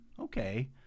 okay